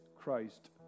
Christ